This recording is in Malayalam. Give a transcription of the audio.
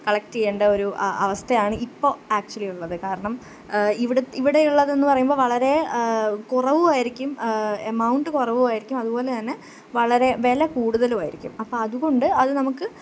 കളക്റ്റ് ചെയ്യേണ്ട ഒരു അവസ്ഥയാണ് ഇപ്പോൾ ആക്ച്വലി ഉള്ളത് കാരണം ഇവിടെ ഇവിടെയുള്ളതെന്ന് പറയുമ്പം വളരെ കുറവുമായിരിക്കും എമൗണ്ട് കുറവുമായിരിക്കും അതുപോലെത്തന്നെ വളരെ വില കൂടുതലുമായിരിക്കും അപ്പം അതുകൊണ്ട് അത് നമുക്ക്